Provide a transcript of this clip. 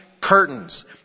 curtains